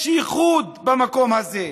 יש ייחוד במקום הזה.